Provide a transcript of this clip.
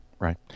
Right